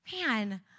man